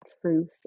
truth